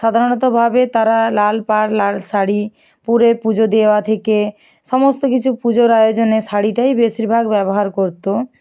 সাধারণতভাবে তারা লাল পাড় লাল শাড়ি পরে পুজো দেওয়া থেকে সমস্ত কিছু পুজোর আয়োজনে শাড়িটাই বেশিরভাগ ব্যবহার করত